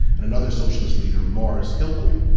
and another socialist leader, morris hillquit,